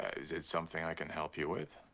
is it something i can help you with?